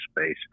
space